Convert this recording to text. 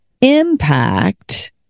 impact